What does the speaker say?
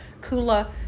Kula